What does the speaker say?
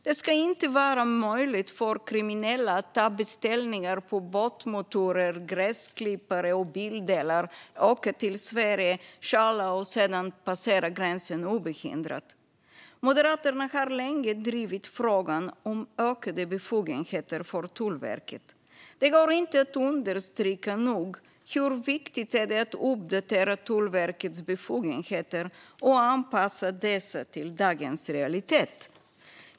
Det ska inte vara möjligt för kriminella att ta beställningar på båtmotorer, gräsklippare och bildelar, åka till Sverige, stjäla och sedan passera gränsen obehindrat. Moderaterna har länge drivit frågan om ökade befogenheter för Tullverket. Det går inte att understryka nog hur viktigt det är att uppdatera Tullverkets befogenheter och anpassa dessa till dagens realitet.